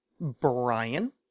Brian